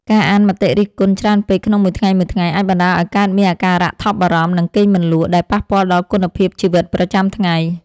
ការអានមតិរិះគន់ច្រើនពេកក្នុងមួយថ្ងៃៗ អាចបណ្ដាលឱ្យកើតមានអាការៈថប់បារម្ភ និងគេងមិនលក់ ដែលប៉ះពាល់ដល់គុណភាពជីវិតប្រចាំថ្ងៃ។